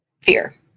fear